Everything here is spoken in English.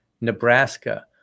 Nebraska